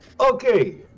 Okay